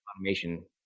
automation